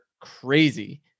crazy